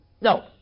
No